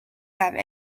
have